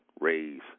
raise